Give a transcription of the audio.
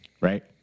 right